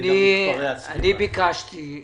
ביקשתי,